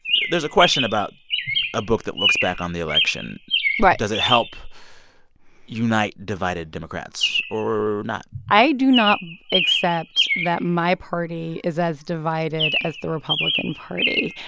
there's a question about a book that looks back on the election right does it help unite divided democrats, or not? i do not accept that my party is as divided as the republican party.